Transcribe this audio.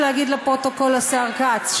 להגיד לפרוטוקול לשר כץ,